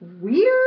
weird